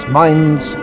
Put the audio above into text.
minds